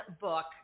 book